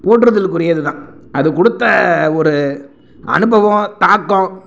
போற்றுதல்க்கு உரியது தான் அது கொடுத்த ஒரு அனுபவம் தாக்கம்